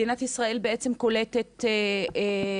מדינת ישראל בעצם קולטת פליטים ופליטות,